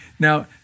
Now